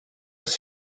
was